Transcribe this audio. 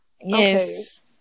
yes